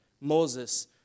Moses